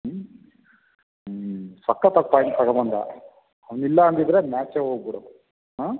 ಹ್ಞೂ ಹ್ಞೂ ಸಕ್ಕತಾಗಿ ಪಾಯಿಂಟ್ ತಗೊಬಂದ ಅವ್ನು ಇಲ್ಲ ಅಂದಿದ್ದರೆ ಮ್ಯಾಚೇ ಹೋಗ್ಬಿಡೋದು ಹಾಂ